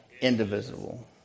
indivisible